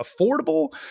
affordable